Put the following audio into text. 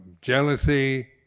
jealousy